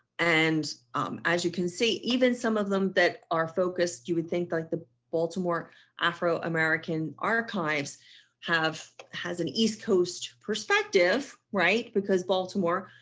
and as you can see, even some of them that are focused, you would think like the baltimore afro american archives have has an east coast perspective right because baltimore,